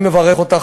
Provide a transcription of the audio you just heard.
אני מברך אותך,